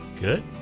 Good